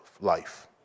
life